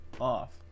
off